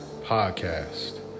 podcast